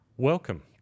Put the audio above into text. Welcome